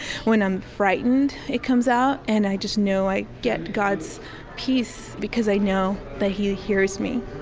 when i'm frightened, it comes out, and i just know i get god's peace, because i know that he hears me